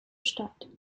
statt